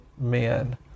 men